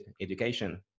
education